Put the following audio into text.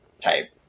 type